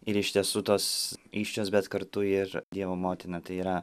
ir iš tiesų tos įsčios bet kartu ir dievo motina tai yra